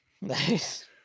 Nice